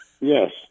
Yes